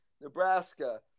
Nebraska